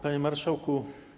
Panie Marszałku!